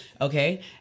Okay